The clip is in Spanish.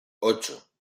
ocho